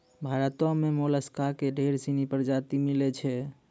भारतो में मोलसका के ढेर सिनी परजाती मिलै छै